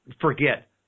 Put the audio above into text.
forget